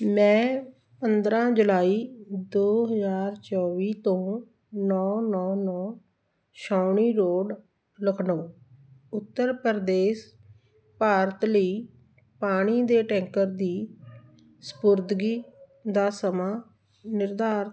ਮੈਂ ਪੰਦਰਾਂ ਜੁਲਾਈ ਦੋ ਹਜ਼ਾਰ ਚੌਵੀ ਤੋਂ ਨੌਂ ਨੌਂ ਨੌਂ ਛਾਉਣੀ ਰੋਡ ਲਖਨਊ ਉੱਤਰ ਪ੍ਰਦੇਸ਼ ਭਾਰਤ ਲਈ ਪਾਣੀ ਦੇ ਟੈਂਕਰ ਦੀ ਸਪੁਰਦਗੀ ਦਾ ਸਮਾਂ ਨਿਰਧਾਰਤ